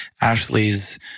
Ashley's